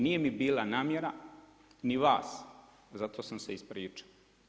I nije mi bila namjera ni vas, zato sam se ispričao.